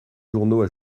journaux